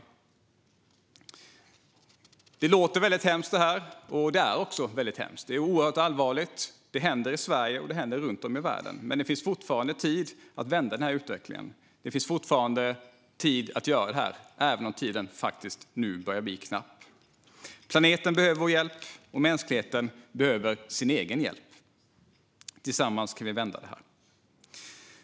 Allt detta låter hemskt, och det är också hemskt. Det är oerhört allvarligt. Det händer i Sverige, och det händer runt om i världen. Men det finns fortfarande tid att vända utvecklingen. Det finns fortfarande tid att göra något, även om tiden nu börjar bli knapp. Planeten behöver vår hjälp, och mänskligheten behöver sin egen hjälp. Tillsammans kan vi vända på detta.